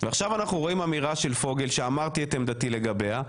עכשיו אנחנו רואים אמירה של פוגל שאמרתי את עמדתי לגביה,